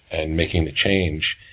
and making the change,